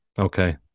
Okay